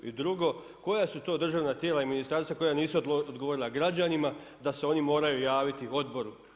I drugo, koja su to državna tijela i ministarstva koja nisu odgovorila građanima da se oni moraju javiti odboru?